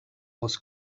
was